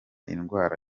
indwara